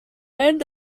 end